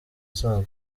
zabo